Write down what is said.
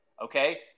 okay